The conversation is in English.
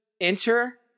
enter